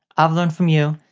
i've learned from you,